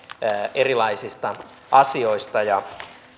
erilaisista asioista ja